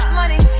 money